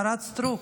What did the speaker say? השרה סטרוק,